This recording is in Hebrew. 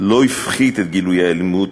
לא הפחית את גילויי האלימות,